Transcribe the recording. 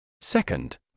second